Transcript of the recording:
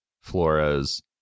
Flores